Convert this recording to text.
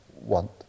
want